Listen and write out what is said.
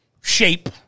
shape